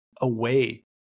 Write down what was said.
away